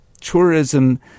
Tourism